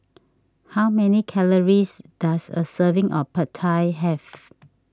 how many calories does a serving of Pad Thai have